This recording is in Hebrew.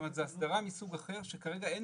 זאת אומרת זה הסדרה מסוג אחר שכרגע אין